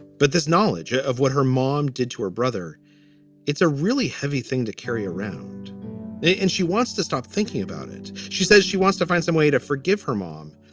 but this knowledge of what her mom did to her brother it's a really heavy thing to carry around and she wants to stop thinking about it. she says she wants to find some way to forgive her mom,